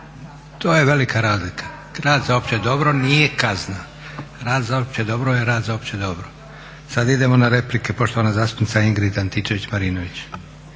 To je velika razlika. Rad za opće dobro nije kazna, rad za opće dobro je rad za opće dobro. Sad idemo na replike. Poštovana zastupnica Ingrid Antičević-Marinović.